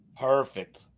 perfect